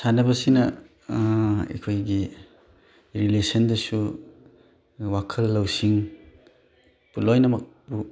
ꯁꯥꯟꯅꯕꯁꯤꯅ ꯑꯩꯈꯣꯏꯒꯤ ꯔꯤꯂꯦꯁꯟꯗꯁꯨ ꯋꯥꯈꯜ ꯂꯧꯁꯤꯡ ꯂꯣꯏꯅꯃꯛꯄꯨ